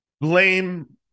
blame